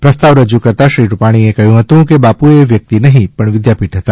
પ્રસ્તાવ રજૂ કરતાં શ્રી રૂપાણીએ કહ્યું હતું કે બાપુએ વ્યક્તિ નહીં પણ વિદ્યાપીઠ હતા